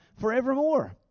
forevermore